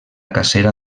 cacera